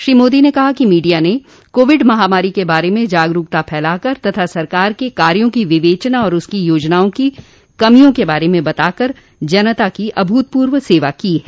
श्री मोदी ने कहा कि मीडिया न कोविड महामारी के बारे में जागरूकता फैलाकर तथा सरकार के कार्यों की विवेचना और उसकी योजनाओं की कमियों के बारे में बताकर जनता की अभूतपूर्व सेवा की है